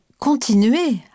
continuer